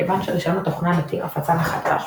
כיוון שרישיון התוכנה מתיר הפצה מחדש,